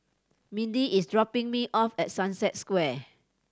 Mindi is dropping me off at Sunset Square